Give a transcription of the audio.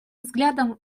взглядом